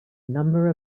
number